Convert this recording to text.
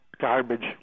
garbage